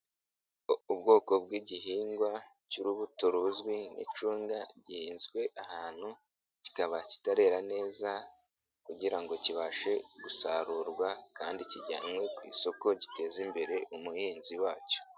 Ubwoko bw'igihingwa cy'urubuto ruzwi nk'icunda gihinzwe ahantu kikaba kitarera neza kugira ngo kibashe gusarurwa kandi kijyanwe ku isoko giteza imbere umuhinzi wacyo.